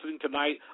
tonight